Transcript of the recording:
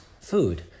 food